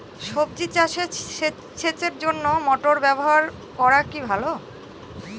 সবজি চাষে সেচের জন্য মোটর ব্যবহার কি ভালো?